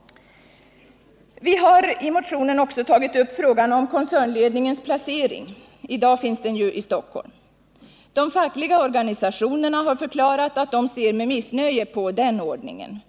Vi har i motionen också tagit upp frågan om koncernledningens placering. I dag finns den i Stockholm. De fackliga organisationerna har förklarat att de ser med missnöje på denna ordning.